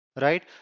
right